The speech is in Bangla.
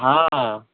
হ্যাঁ